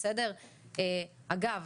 אגב,